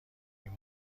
این